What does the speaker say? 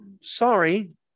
sorry